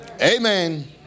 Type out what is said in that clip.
Amen